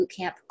bootcamp